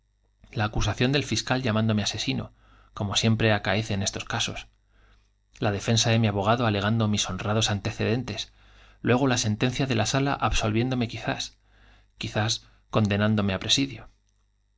la acusación del fiscal llamándome asesino como siempre acaece en estos casos la defensa de mi abo gado alegando mis honrados antecedentes luego la sentencia dé la sala absolviéndome quizá quizá con denándome á presidio